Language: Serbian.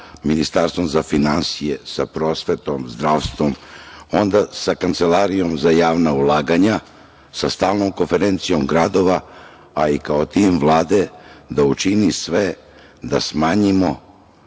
Ministarstvom za finansije, sa prosvetom, zdravstvom, onda sa Kancelarijom za javna ulaganja, sa stalnom Konferencijom gradova, a i kao tim Vlade da učini sve da smanjimo